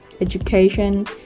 education